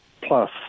plus